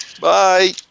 Bye